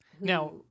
Now